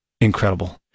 Incredible